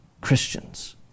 Christians